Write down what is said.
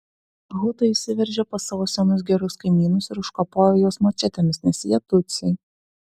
hutai įsiveržė pas savo senus gerus kaimynus ir užkapojo juos mačetėmis nes jie tutsiai